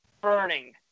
burning